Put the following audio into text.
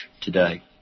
today